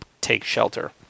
take-shelter